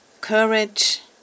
courage